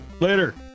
Later